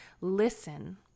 listen